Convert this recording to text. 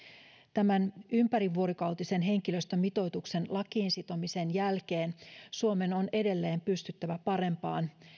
tämän ympärivuorokautisen henkilöstömitoituksen lakiin sitomisen jälkeen suomen on edelleen pystyttävä parempaan